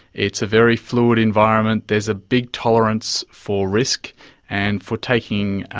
it's a very fluid environment. there's a big tolerance for risk and for taking,